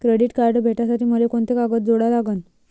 Credit card भेटासाठी मले कोंते कागद जोडा लागन?